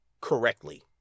correctly